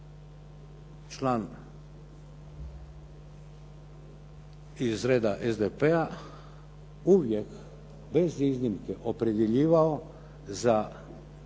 član iz reda SDP-a uvijek bez iznimke opredjeljivao za taj